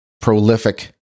prolific